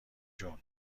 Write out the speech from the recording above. جون